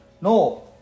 No